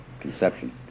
conception